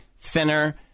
thinner